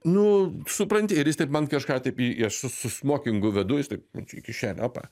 nu supranti ir jis taip man kažką taip aš su su smokingu vedu jis taip į kišenę opą